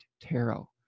tarot